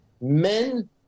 men